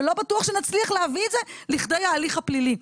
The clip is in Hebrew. ולא בטוח שנצליח להביא את זה לכדי ההליך הפלילי.